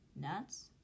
Nuts